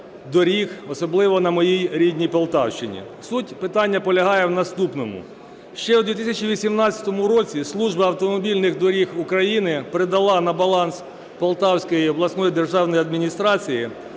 особливо на моїй рідній Полтавщині. Суть питання полягає в наступному. Ще в 2018 році Служба автомобільних доріг України передала на баланс Полтавської обласної державної адміністрації